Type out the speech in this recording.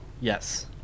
Yes